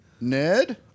Ned